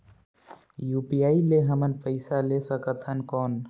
UPI ले हमन पइसा ले सकथन कौन?